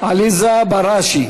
עליזה בראשי.